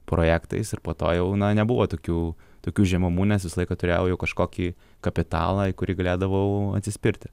projektais ir po to jau na nebuvo tokių tokių žemumų nes visą laiką turėjau jau kažkokį kapitalą į kurį galėdavau atsispirti